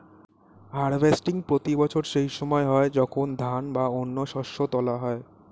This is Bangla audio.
হার্ভেস্টিং প্রতি বছর সেই সময় হয় যখন ধান বা অন্য শস্য তোলা হয়